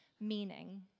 meaning